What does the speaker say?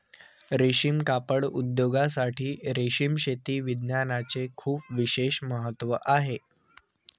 रेशीम कापड उद्योगासाठी रेशीम शेती विज्ञानाचे खूप विशेष महत्त्व आहे